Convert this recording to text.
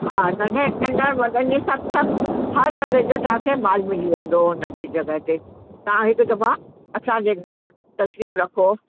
हा नंढे नंढनि वॾनि जी सभु सभु हर तरह जो तव्हांखे मालु मिली वेंदो उन जी जॻहि ते तव्हां हिकु दफ़ा असांजे घरु तशरीफ़ रखो